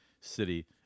city